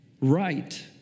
right